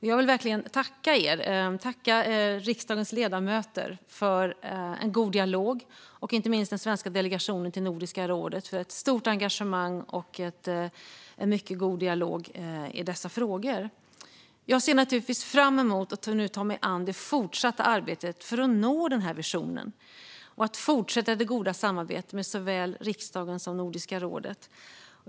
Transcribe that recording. Jag vill verkligen tacka riksdagens ledamöter för en god dialog och den svenska delegationen till Nordiska rådet för ett stort engagemang och en mycket god dialog i dessa frågor. Jag ser naturligtvis fram emot att nu ta mig an det fortsatta arbetet för att nå den här visionen och att fortsätta det goda samarbetet med såväl riksdagen som Nordiska rådet.